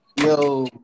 Yo